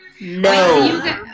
No